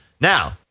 Now